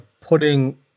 putting